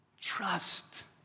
Trust